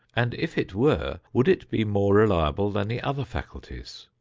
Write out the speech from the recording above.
and if it were, would it be more reliable than the other faculties?